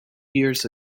years